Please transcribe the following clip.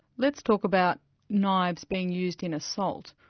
let's talk about knives being used in assault.